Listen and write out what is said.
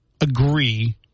agree